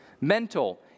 mental